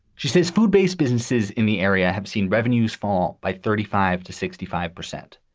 she says food based businesses in the area have seen revenues fall by thirty five to sixty five percent.